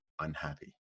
unhappy